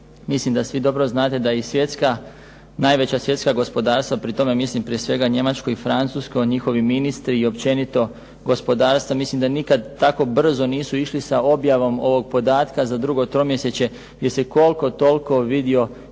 mislim da svi dobro znate da i svjetska, najveća svjetska gospodarstva, pri tome mislim prije svega Njemačku i Francusku, njihovi ministri i općenito gospodarstvo, mislim da nikad tako brzo nisu išli sa objavom ovog podatka za drugo tromjesečje, gdje se koliko toliko vidio